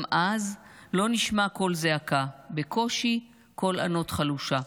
גם אז לא נשמע קול זעקה, בקושי קול ענות חלושה.